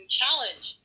challenge